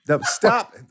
Stop